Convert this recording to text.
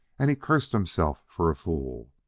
and he cursed himself for a fool,